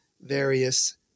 various